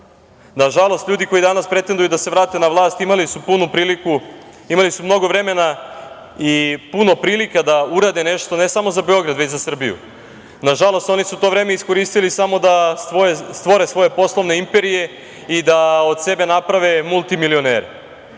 Nažalost, ljudi koji danas pretenduju da se vrate na vlast imali su mnogo vremena i puno prilika da urade nešto, ne samo za Beograd, već za Srbiju. Nažalost, oni su to vreme iskoristili samo da stvore svoje poslovne imperije i da od sebe naprave multimilionere. Žalosno